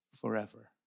forever